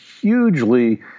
hugely